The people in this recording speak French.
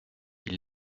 ils